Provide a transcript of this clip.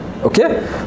Okay